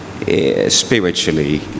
spiritually